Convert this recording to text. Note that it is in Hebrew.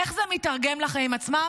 איך זה מיתרגם לחיים עצמם?